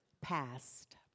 passed